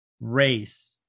race